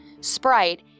Sprite